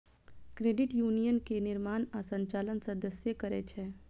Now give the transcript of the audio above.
credit union के निर्माण आ संचालन सदस्ये करै छै